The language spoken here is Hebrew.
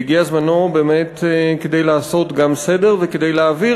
והגיע זמנו באמת כדי לעשות גם סדר וכדי להעביר